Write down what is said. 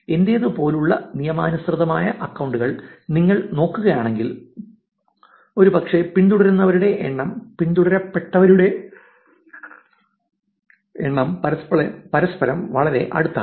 എന്റേതുപോലുള്ള നിയമാനുസൃതമായ അക്കൌണ്ടുകൾ നിങ്ങൾ നോക്കുകയാണെങ്കിൽ ഒരുപക്ഷേ പിന്തുടരുന്നവരുടെ എണ്ണവും പിന്തുടരപെടുന്നവരുടെ എണ്ണവും പരസ്പരം വളരെ അടുത്താണ്